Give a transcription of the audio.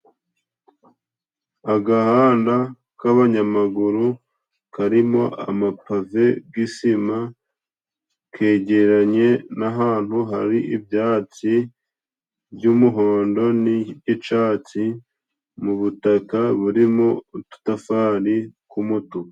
Agahanda g'abanyamaguru karimo amapave g'isima kegeranye n'ahantu hari ibyatsi by'umuhondo n'icatsi mu butaka burimo udutafari ku'umutuku.